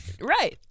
Right